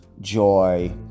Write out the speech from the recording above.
joy